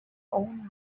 own